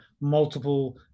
multiple